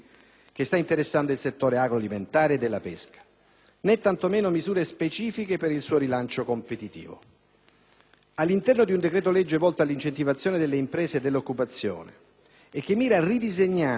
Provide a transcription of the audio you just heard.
né, tanto meno, misure specifiche per il suo rilancio competitivo. All'interno di un decreto-legge volto all'incentivazione delle imprese e dell'occupazione e che mira a «ridisegnare in funzione anticrisi il quadro strategico nazionale»